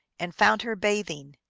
and found her bathing,